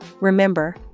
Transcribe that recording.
Remember